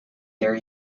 their